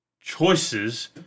choices